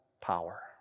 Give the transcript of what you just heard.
power